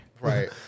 right